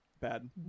bad